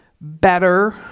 better